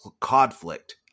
conflict